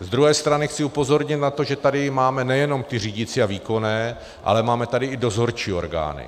Z druhé strany chci upozornit na to, že tady máme nejenom ty řídicí a výkonné, ale máme tady i dozorčí orgány.